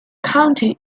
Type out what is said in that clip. county